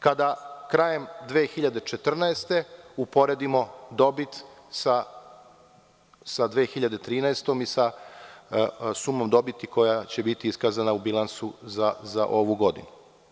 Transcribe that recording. Kada krajem 2014. godine uporedimo dobit sa 2013. godinom i sa sumom dobiti koja će biti iskazana u bilansu za ovu godinu.